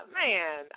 man